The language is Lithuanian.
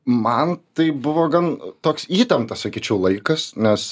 man tai buvo gan toks įtemptas sakyčiau laikas nes